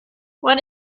what